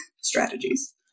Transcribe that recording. strategies